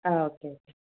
ആ okay okay